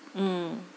mm